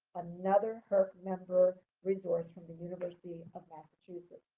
another herc member resource from the university of massachusetts.